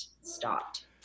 stopped